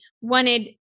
wanted